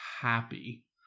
happy